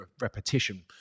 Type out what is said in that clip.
repetition